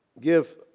give